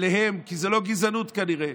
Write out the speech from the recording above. כי זה לא גזענות כנראה,